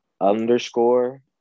underscore